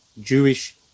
Jewish